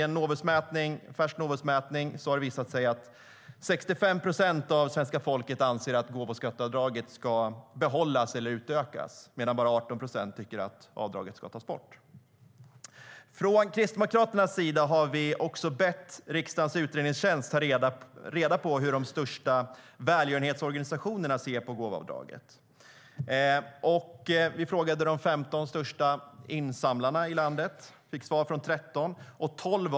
I en färsk Novusmätning visar det sig att 65 procent av svenska folket anser att gåvoavdraget ska behållas eller utökas, medan bara 18 procent tycker att avdraget bör tas bort. Vi i Kristdemokraterna har också bett riksdagens utredningstjänst att ta reda på hur de största välgörenhetsorganisationerna ser på gåvoavdraget. Vi frågade de 15 största insamlarna i landet och fick svar från 13 av dem.